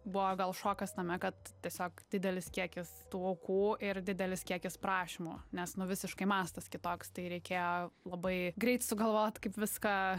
buvo gal šokas tame kad tiesiog didelis kiekis tų aukų ir didelis kiekis prašymų nes nu visiškai mastas kitoks tai reikėjo labai greit sugalvot kaip viską